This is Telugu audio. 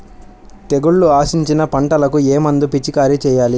తెగుళ్లు ఆశించిన పంటలకు ఏ మందు పిచికారీ చేయాలి?